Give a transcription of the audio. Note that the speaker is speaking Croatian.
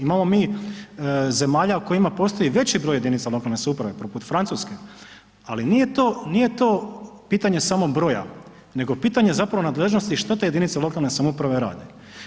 Imamo mi zemalja u kojima postoji veći broj jedinica lokalne samouprave poput Francuske ali nije to, nije to pitanje samo broja, nego pitanje zapravo nadležnosti i šta te jedinice lokalne samouprave rade.